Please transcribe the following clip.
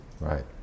Right